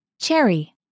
Cherry